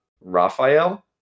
Raphael